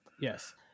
Yes